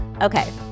Okay